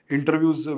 Interviews